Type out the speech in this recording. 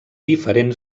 diferent